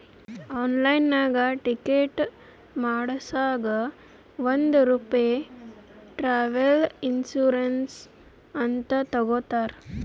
ಆನ್ಲೈನ್ನಾಗ್ ಟಿಕೆಟ್ ಮಾಡಸಾಗ್ ಒಂದ್ ರೂಪೆ ಟ್ರಾವೆಲ್ ಇನ್ಸೂರೆನ್ಸ್ ಅಂತ್ ತಗೊತಾರ್